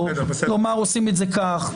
עושים את זה כך,